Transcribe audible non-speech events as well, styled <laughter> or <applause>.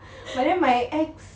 <laughs> but then my ex